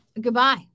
goodbye